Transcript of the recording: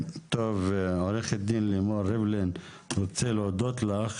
טוב, עו"ד לימור ריבלין, אני רוצה להודות לך.